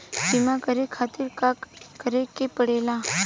बीमा करे खातिर का करे के पड़ेला?